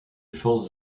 forces